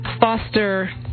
foster